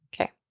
Okay